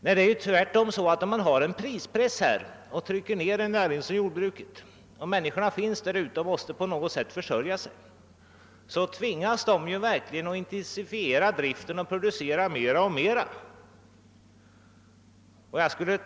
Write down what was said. Men om man har en prispress på jordbruket, så tvingas jordbrukarna för att kunna försörja sig att intensifiera driften och producera mer och mer.